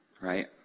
Right